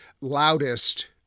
loudest